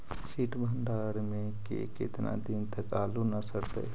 सित भंडार में के केतना दिन तक आलू न सड़तै?